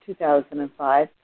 2005